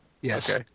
Yes